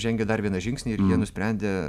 žengė dar vieną žingsnį ir jie nusprendė